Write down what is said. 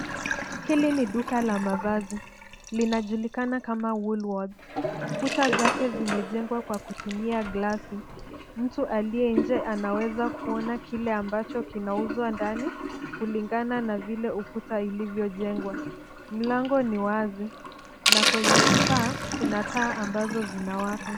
Hili ni duka la mavazi, linajulikana kama Woolworths kuta zake zimejengwa kwa kutumia glasi. Mtu aliye nje anaweza kuona kile ambacho kinauzwa ndani kulingana na vile ukuta vile ilivyojengwa. Mlango ni wazi na kwenye paa kuna taa ambazo zinawaka.